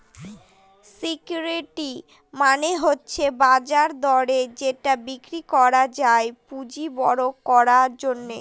security মানে হচ্ছে বাজার দরে যেটা বিক্রি করা যায় পুঁজি বড়ো করার জন্য